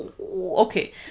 Okay